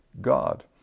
God